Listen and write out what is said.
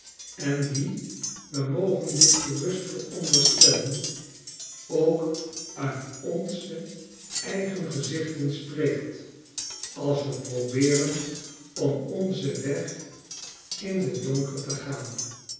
en die wemogen ditgerust veronderstellen ook uit onze eigen gezichten spreekt als we probeeren ora onzen weg in den donker te gaan